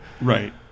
right